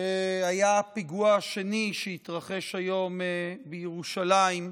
שהיה הפיגוע השני שהתרחש היום בירושלים,